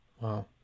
Wow